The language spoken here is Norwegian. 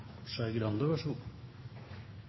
Skei Grande